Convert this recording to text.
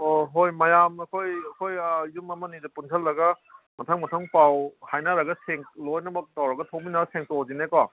ꯑꯣ ꯍꯣꯏ ꯃꯌꯥꯝ ꯑꯩꯈꯣꯏ ꯑꯩꯈꯣꯏ ꯌꯨꯝ ꯑꯃ ꯑꯅꯤꯁꯦ ꯄꯨꯟꯁꯤꯜꯂꯒ ꯃꯊꯪ ꯃꯊꯪ ꯄꯥꯎ ꯍꯥꯏꯅꯔꯒ ꯂꯣꯏꯅꯃꯛ ꯇꯧꯔꯒ ꯊꯣꯛꯃꯤꯟꯅ ꯇꯧꯔꯁꯤꯅꯦꯀꯣ